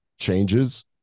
changes